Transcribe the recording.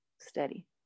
steady